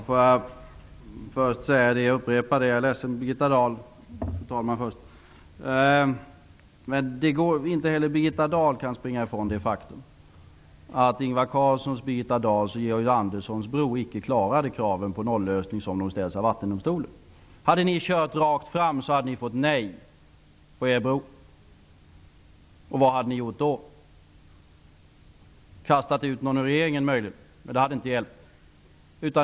Fru talman! Jag är ledsen att behöva upprepa att inte heller Birgitta Dahl kan springa från det faktum att Ingvar Carlssons, Birgitta Dahls och Georg Anderssons bro icke klarade de krav på en nollösning som ställs av Vattendomstolen. Om ni hade kört rakt fram, hade ni fått nej beträffande er bro. Vad hade ni då gjort? Möjligen hade ni kastat ut någon från regeringen. Men det hade inte hjälpt.